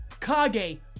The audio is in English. kage